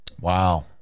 Wow